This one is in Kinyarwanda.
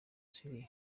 syria